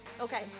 Okay